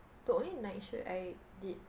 the only night shoot I did